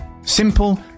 Simple